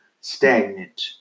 stagnant